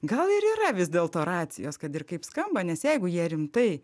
gal ir yra vis dėlto racijos kad ir kaip skamba nes jeigu jie rimtai